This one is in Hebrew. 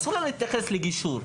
אסור לו להתייחס לגישור,